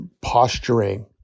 posturing